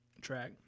track